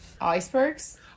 Icebergs